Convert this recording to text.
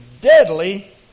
deadly